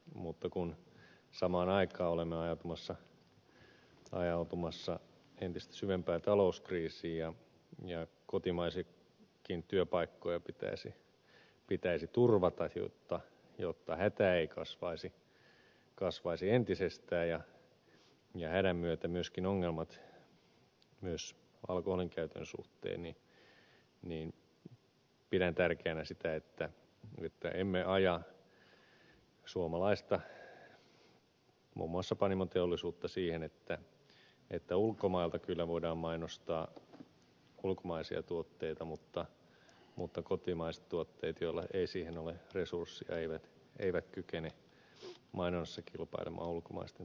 mutta kun samaan aikaan olemme ajautumassa entistä syvempään talouskriisiin ja kotimaisiakin työpaikkoja pitäisi turvata jotta hätä ei kasvaisi entisestään ja hädän myötä ongelmat myös alkoholinkäytön suhteen niin pidän tärkeänä sitä että emme aja muun muassa suomalaista panimoteollisuutta siihen että ulkomailta voidaan kyllä mainostaa ulkomaisia tuotteita mutta kotimaiset tuotteet joilla ei siihen ole resursseja eivät kykene mainonnassa kilpailemaan ulkomaisten tuotteiden kanssa